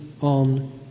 on